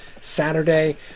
Saturday